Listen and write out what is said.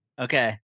Okay